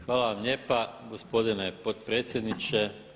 Hvala vam lijepa gospodine potpredsjedniče.